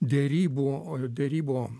derybų derybų